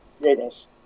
Greatness